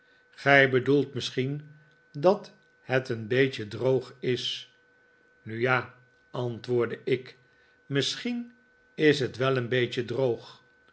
gij bedoelt misschien dat het een beetje droog is nu ja antwoordde ik misschien is het wel een beetje droog